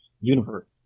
universe